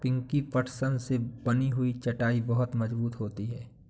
पिंकी पटसन से बनी हुई चटाई बहुत मजबूत होती है